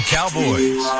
Cowboys